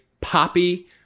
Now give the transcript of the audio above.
poppy